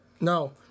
No